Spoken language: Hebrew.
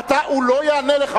אתה, הוא לא יענה לך.